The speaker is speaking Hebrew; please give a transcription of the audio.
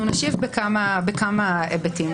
נשיב בכמה היבטים.